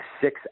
six